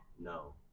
No